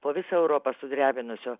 po visą europą sudrebinusio